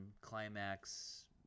climax